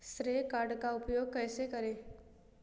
श्रेय कार्ड का उपयोग कैसे करें?